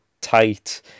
tight